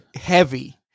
heavy